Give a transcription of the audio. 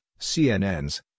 CNNs